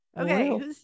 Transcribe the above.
Okay